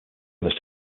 others